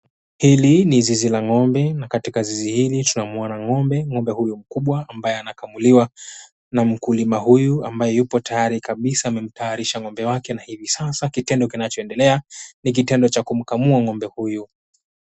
Hili ni zizi la ng'ombe na katika zizi hili tunamuona ng'ombe. Ng'ombe huyu mkubwa ambaye anakamuliwa na mkulima huyu ambaye yupo tayari kabisa amemtayarisha ng'ombe wake na hivi sasa kitendo kinachoendelea ni kitendo cha kumkamua ng'ombe huyu.